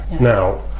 Now